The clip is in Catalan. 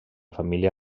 família